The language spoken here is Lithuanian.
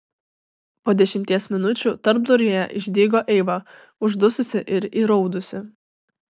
po dešimties minučių tarpduryje išdygo eiva uždususi ir įraudusi